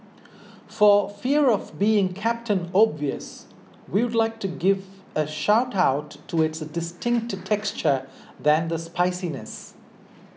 for fear of being Captain Obvious we would like to give a shout out to its distinct texture than the spiciness